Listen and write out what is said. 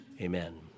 amen